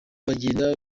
bagenda